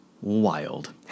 wild